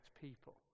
people